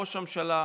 ראש הממשלה,